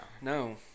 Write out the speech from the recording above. No